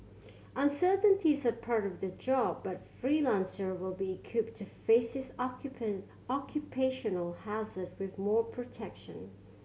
uncertainties are part of their job but freelancer will be equipped to face this occupational hazard with more protection